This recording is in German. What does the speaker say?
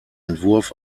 entwurf